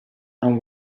and